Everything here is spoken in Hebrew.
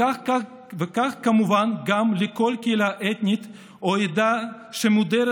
וכך כמובן לכל קהילה אתנית או עדה שמודרת